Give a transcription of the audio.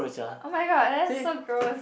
oh-my-god that's so gross